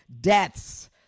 deaths